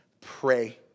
pray